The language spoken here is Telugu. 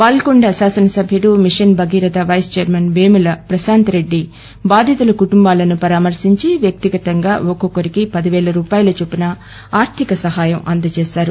Balkonda MLA machine Bhagiratha vice chairman వేము ప్రశాంత్రెడ్డి బాధితు కుటుంబాను పరామర్పించి వ్యక్తిగతంగా ఒక్కొక్కరికి పది పే రూపాయా చొప్పున ఆర్గిక సహాయం అందజేశారు